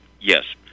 Yes